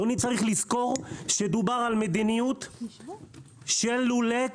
צריך לזכור שדובר על מדיניות של לולי כלובים,